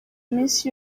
minsi